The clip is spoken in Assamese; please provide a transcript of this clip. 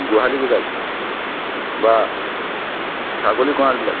গোহালিবিলাক বা ছাগলী গঁড়ালবিলাক